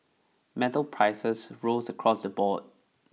metal prices rose across the board